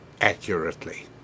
accurately